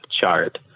chart